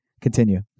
Continue